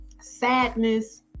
sadness